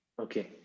Okay